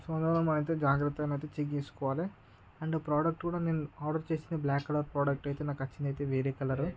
so మనం జాగ్రత్తగా అయితే చెక్ చేసుకోవాలి అండ్ ప్రోడక్ట్ కూడా నేను ఆర్డర్ చేసింది బ్ల్యాక్ కలర్ ప్రోడక్ట్ అయితే నాకు వచ్చినది వేరే కలరు